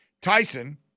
Tyson